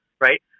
Right